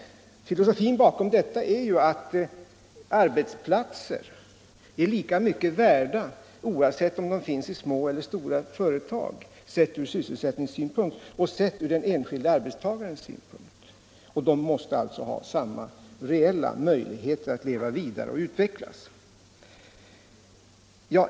Filosofin bakom detta är att arbetsplatser är lika mycket värda, ur sysselsättningssynpunkt och ur den enskilde arbetstagarens synpunkt, oavsett om de finns i stora eller små företag. Båda slagen av företag måste alltså ha samma reella möjligheter att leva vidare och utvecklas.